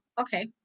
okay